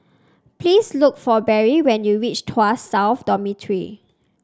please look for Barry when you reach Tuas South Dormitory